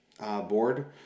board